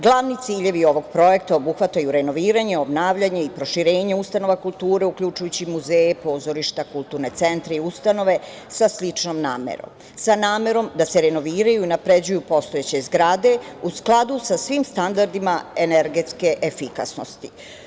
Glavni ciljevi ovog projekta obuhvataju renoviranje, obnavljanje i proširenje ustanova kulture uključujući muzeje, pozorišta, kulturne centre i ustanove sa sličnom namerom, sa namerom da se renoviraju i unapređuju postojeće zgrade u skladu sa svim standardima energetske efikasnosti.